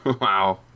Wow